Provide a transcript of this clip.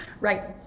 Right